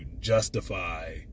justify